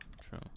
true